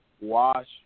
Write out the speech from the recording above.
Wash